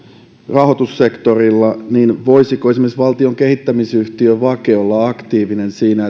rahoitussektorilla voisiko esimerkiksi valtion kehittämisyhtiö vake olla aktiivinen siinä